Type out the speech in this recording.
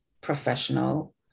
professional